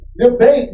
Debate